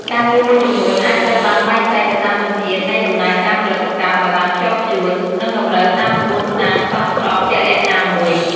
ការងារមួយចំនួនអាចត្រូវបានបែងចែកទៅតាមជំហាននៃដំណើរការផលិតកម្មឱ្យបានខ្ជាប់ខ្ជួន និងតម្រូវតាមក្បួនខ្នាតសមស្របជាក់លាក់ណាមួយ។